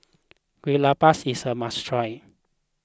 Kue Lupis is a must try